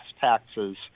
taxes